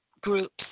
groups